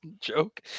joke